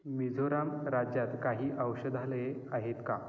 मिझोराम राज्यात काही औषधालये आहेत का